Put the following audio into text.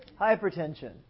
hypertension